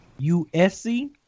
USC